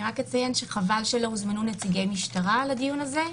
אני רק אציין שחבל שלא הוזמנו נציגי משטרה לדיון הזה,